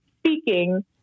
speaking